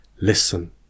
listen